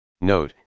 Note